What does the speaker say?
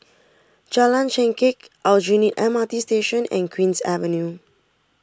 Jalan Chengkek Aljunied M R T Station and Queen's Avenue